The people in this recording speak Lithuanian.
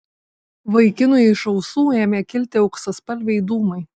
vaikinui iš ausų ėmė kilti auksaspalviai dūmai